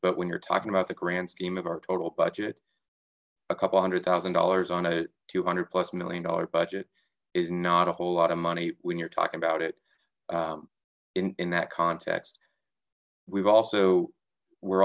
but when you're talking about the grand scheme of our total budget a couple hundred thousand dollars on a two hundred plus million dollar budget is not a whole lot of money when you're talking about it in that context we've also we're